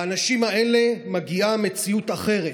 לאנשים האלה מגיעה מציאות אחרת,